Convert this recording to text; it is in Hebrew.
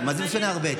מה זה משנה הרבה?